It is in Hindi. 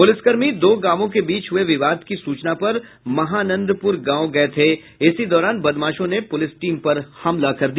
प्रलिसकर्मी दो गांवों के बीच हुये विवाद की सूचना पर मर महानंदपुर गांव गये थे इसे दौरान बदमाशों ने पुलिस टीम पर हमला कर दिया